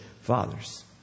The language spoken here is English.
fathers